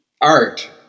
art